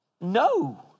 No